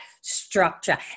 structure